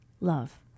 love